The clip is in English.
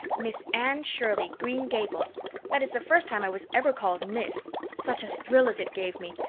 miss anne shirley, green gables that is the first time i was ever called miss. such a thrill as it gave me!